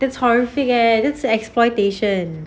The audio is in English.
that's horrific leh that's exploitation